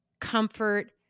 comfort